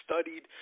studied